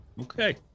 okay